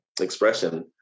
expression